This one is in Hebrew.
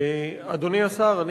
אדוני השר,